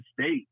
state